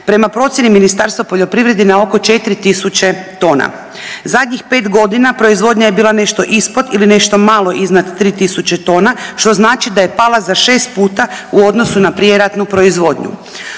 prema procjeni Ministarstva poljoprivrede na oko 4 tisuće tona. Zadnjih 5 godina proizvodnja je bila nešto ispod ili nešto malo iznad 3 tisuće, što znači da je pala za 6 puta u odnosu na prijeratnu proizvodnju.